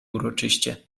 uroczyście